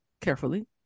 carefully